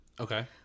Okay